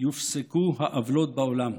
יופסקו העוולות בעולם.